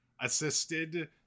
assisted